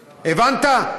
הבנת?